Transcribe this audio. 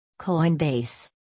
coinbase